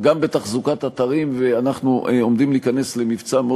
אנחנו צריכים להפסיק זאת.